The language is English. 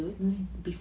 mmhmm